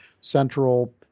central